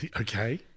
okay